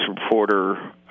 reporter